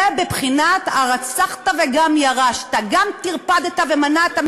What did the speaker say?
זה בבחינת הרצחת וגם ירשת: גם טרפדת ומנעת כמה